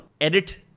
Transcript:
edit